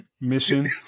Mission